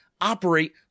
operate –